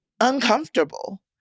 uncomfortable